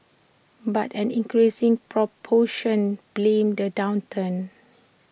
but an increasing proportion blamed the downturn